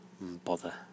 Bother